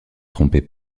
tromper